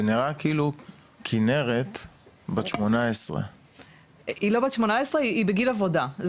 זה נראה כאילו כנרת בת 18. היא לא בת 18 היא בגיל עבודה.